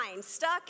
Stuck